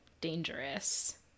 dangerous